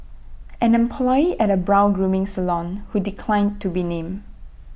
an employee at A brow grooming salon who declined to be named